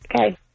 Okay